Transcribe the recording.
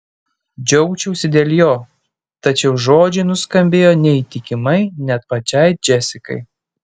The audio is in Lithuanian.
džiaugčiausi dėl jo tačiau žodžiai nuskambėjo neįtikimai net pačiai džesikai